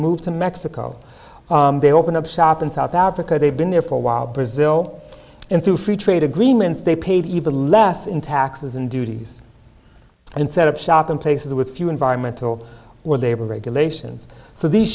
moved to mexico they opened up shop in south africa they've been there for a while brazil and through free trade agreements they paid even less in taxes and duties and set up shop in places with few environmental or labor regulations so these